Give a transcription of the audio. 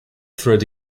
through